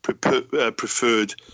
preferred